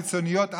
קיצוניות,